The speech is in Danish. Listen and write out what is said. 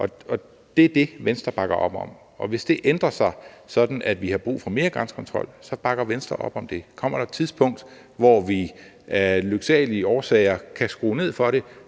Det er det, Venstre bakker op om. Hvis det ændrer sig, sådan at vi har brug for mere grænsekontrol, så bakker Venstre op om det. Kommer der et tidspunkt, hvor vi af lyksalige årsager kan skrue ned for